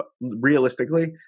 realistically